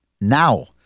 Now